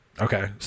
Okay